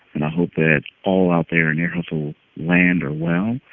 and hope that all out there in ear hustle land are, well.